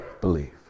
believe